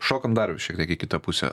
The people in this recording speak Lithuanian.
šokam dar šiek tiek į kitą pusę